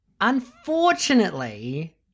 Unfortunately